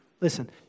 Listen